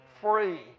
free